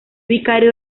vicario